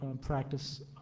practice